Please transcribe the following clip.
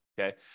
Okay